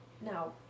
No